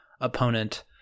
opponent